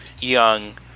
Young